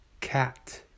cat